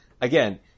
again